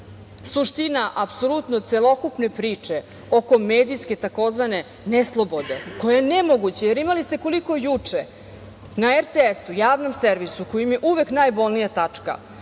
itd. Suština apsolutno celokupne priče oko medijske tzv. neslobode, koja je nemoguća, jer, imali ste koliko juče na RTS, javnom servisu, koji im je uvek najbolnija tačka,